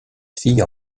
fille